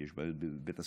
אם יש בעיות בבית הספר.